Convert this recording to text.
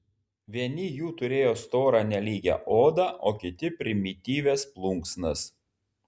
vieni jų turėjo storą nelygią odą o kiti primityvias plunksnas